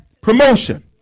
promotion